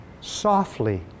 softly